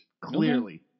clearly